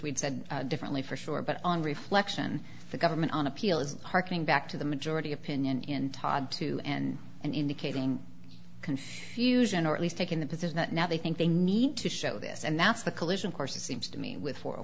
said differently for sure but on reflection the government on appeal is harking back to the majority opinion in todd to end and indicating confusion or at least taking the position that now they think they need to show this and that's the collision course it seems to me with four